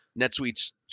NetSuite's